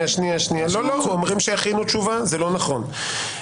לא, אומרים שיכינו תשובה לא נכון.